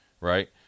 right